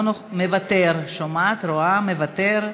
מוותר, אני שומעת, רואה, מוותר,